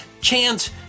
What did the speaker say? chance